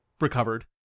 recovered